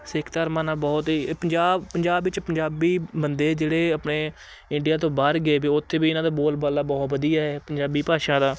ਸਿੱਖ ਧਰਮਾਂ ਨਾਲ ਬਹੁਤ ਹੀ ਪੰਜਾਬ ਪੰਜਾਬ ਵਿੱਚ ਪੰਜਾਬੀ ਬੰਦੇ ਜਿਹੜੇ ਆਪਣੇ ਇੰਡੀਆ ਤੋਂ ਬਾਹਰ ਗਏ ਵੇ ਉੱਥੇ ਵੀ ਇਹਨਾਂ ਦਾ ਬੋਲ ਬਾਲਾ ਬਹੁਤ ਵਧੀਆ ਹੈ ਪੰਜਾਬੀ ਭਾਸ਼ਾ ਦਾ